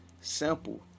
Simple